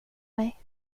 mig